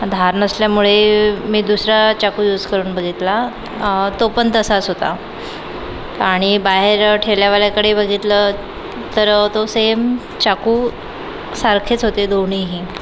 धार नसल्यामुळे मी दुसरा चाकू यूज करून बघितला तो पण तसाच होता आणि बाहेर ठेलेवाल्याकडे बघितलं तर तो सेम चाकू सारखेच होते दोन्हीही